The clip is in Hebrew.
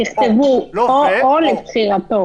כתוב "או".